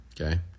Okay